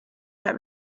get